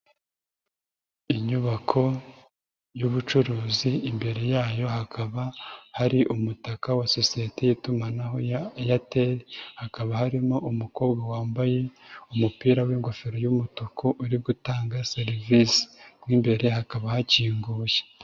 Inyubako y'ubucuruzi imbere yayo hakaba hari umutaka wa sosiyete y'itumanaho ya Airtel, hakaba harimo umukobwa wambaye umupira w'ingofero y'umutuku uri gutanga serivisi. Mo imbere hakaba hakinguye.